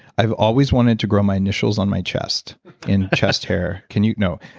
i've always wanted to grow my initials on my chest and chest hair. can you? no.